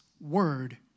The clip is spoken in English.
word